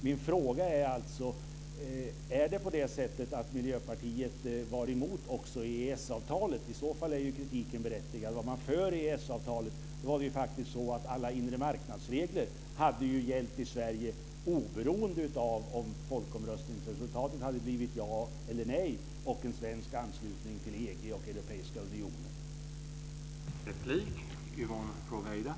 Min fråga är: Är det så att Miljöpartiet var emot också EES-avtalet? I så fall är ju kritiken berättigad. Var man för EES-avtalet är det faktiskt så att alla inre marknadsregler hade gällt i Sverige oberoende av om folkomröstningsresultatet hade blivit ja eller nej till en svensk anslutning till EG och den europeiska unionen.